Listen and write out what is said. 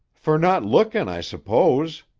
fer not lookin', i suppose.